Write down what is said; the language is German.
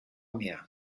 mehr